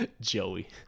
Joey